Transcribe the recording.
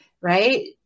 right